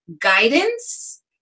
guidance